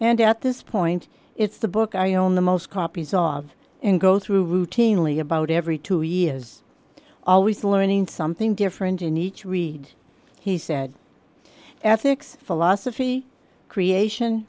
and at this point it's the book i own the most copies of and go through routinely about every two years always learning something different in each read he said ethics philosophy creation